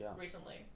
recently